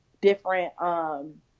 different –